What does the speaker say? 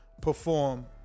perform